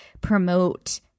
promote